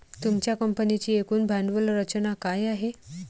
तुमच्या कंपनीची एकूण भांडवल रचना काय आहे?